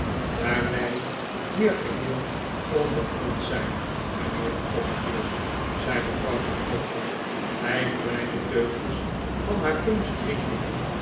daar wij hier geheel onder ons zijn mijnheer copperfield zei mevrouw micawber bij kleirie teugjes haar punch